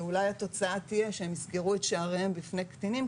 ואולי התוצאה תהיה שהם יסגרו את שעריהם בפני קטינים,